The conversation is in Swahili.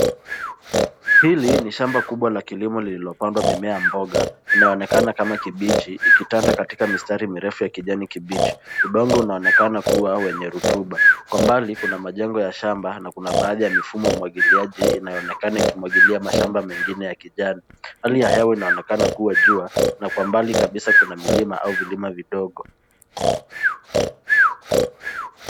Hili ni shamba kubwa la kilimo lililopandwa mimea mboga, inayoonekana kama kibichi, ikitanda katika mistari mirefu ya kijani kibichi. Udongo unaonekana kuwa wenye rotuba. Kwa mbali kuna majengo ya shamba na kuna baadhi ya mifumo umwagiliaji inayoonekana ikimwagilia mashamba mengine ya kijani. Hali ya hewa inaonekana kuwa jua na kwa mbali kabisa kuna milima au vilima vidogo.